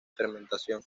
fermentación